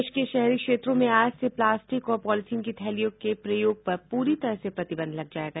प्रदेश के शहरी क्षेत्रों में आज से प्लास्टिक और पॉलीथिन की थैलियों के प्रयोग पर पूरी तरह प्रतिबंध लग जायेगा